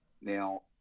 now